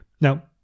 Now